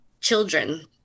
children